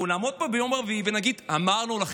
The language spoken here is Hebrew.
אנחנו נעמוד פה ביום רביעי ונגיד: אמרנו לכם.